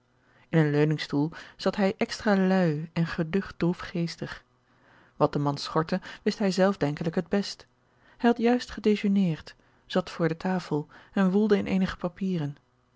een leuningstoel zat hij extra lui en geducht droefgeestig wat den man schortte wist hij zelf denkelijk het best hij had juist gedejeuneerd zat voor de tafel en woelde in eenige papieren